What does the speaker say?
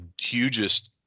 hugest